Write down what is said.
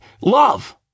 Love